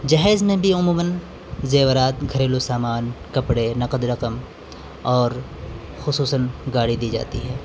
جہیز میں بھی عموماً زیورات گھریلو سامان کپڑے نقد رقم اور خصوصاً گاڑی دی جاتی ہے